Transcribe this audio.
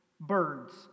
Birds